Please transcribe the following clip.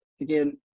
again